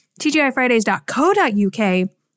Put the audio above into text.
tgifridays.co.uk